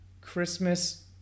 Christmas